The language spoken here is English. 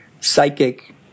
psychic